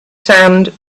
sand